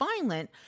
violent